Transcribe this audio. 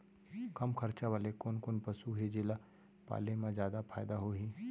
कम खरचा वाले कोन कोन पसु हे जेला पाले म जादा फायदा होही?